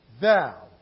Thou